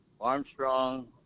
Armstrong